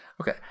Okay